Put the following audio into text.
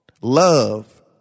Love